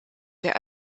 der